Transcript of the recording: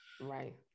right